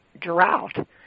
drought